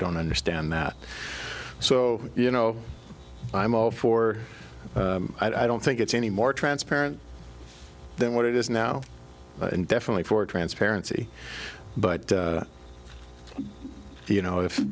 don't understand that so you know i'm all for i don't think it's any more transparent than what it is now and definitely for transparency but you know if